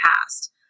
past